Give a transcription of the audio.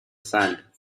sand